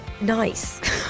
nice